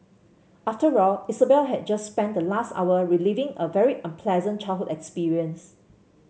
after all Isabel had just spent the last hour reliving a very unpleasant childhood experience